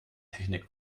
technik